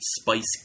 spice